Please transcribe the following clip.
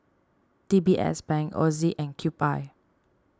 D B S Bank Ozi and Cube I